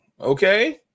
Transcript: okay